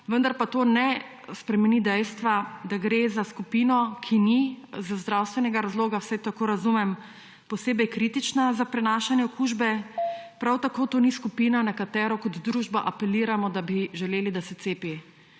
vendar pa to ne spremeni dejstva, da gre za skupino, ki ni iz zdravstvenega razloga, vsaj tako razumem, posebej kritična za prenašanje okužbe, prav tako to ni skupina, na katero kot družba apeliramo, da bi želeli, da se cepi.